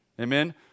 Amen